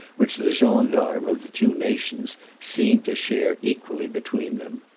which the gendarmes of the two nations seemed to share equally between them.